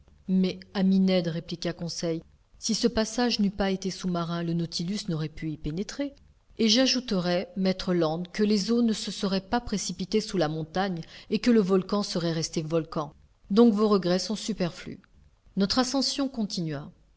mais ami ned répliqua conseil si ce passage n'eût pas été sous-marin le nautilus n'aurait pu y pénétrer et j'ajouterai maître land que les eaux ne se seraient pas précipitées sous la montagne et que le volcan serait resté volcan donc vos regrets sont superflus notre ascension continua